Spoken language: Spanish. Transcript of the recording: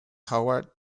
howard